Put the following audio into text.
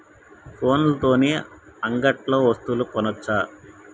ఫోన్ల తోని అంగట్లో వస్తువులు కొనచ్చా?